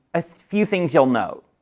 a few things you'll note,